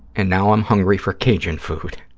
and now i'm hungry for cajun food.